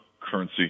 currency